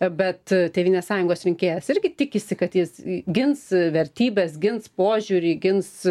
bet tėvynės sąjungos rinkėjas irgi tikisi kad jis gins vertybes gins požiūrį gins